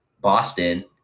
boston